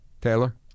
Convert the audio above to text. Taylor